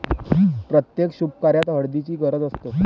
प्रत्येक शुभकार्यात हळदीची गरज असते